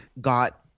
got